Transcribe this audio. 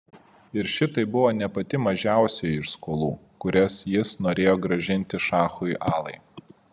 ir šitai buvo ne pati mažiausioji iš skolų kurias jis norėjo grąžinti šachui alai